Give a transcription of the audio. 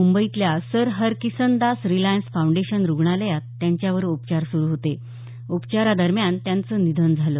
मुंबईतल्या Sir Harkisandas Reliance Foundation रुग्णालयात त्यांच्यावर उपचार सुरू होते उपचारादरम्यान त्यांचं निधन झालं